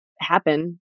happen